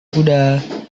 kuda